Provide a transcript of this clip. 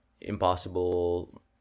Impossible